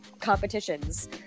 competitions